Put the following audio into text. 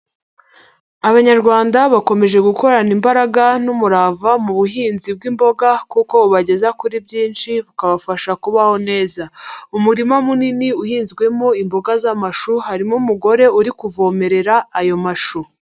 Abanyarwanda bakomeje gukorana imbaraga n'umurava mu buhinzi bw'imboga kuko bu ubageza kuri byinshi bukabafasha kubaho neza, umurima munini uhinzwemo imboga z'amashu, harimo umugore uri kuvomerera ayo mashu.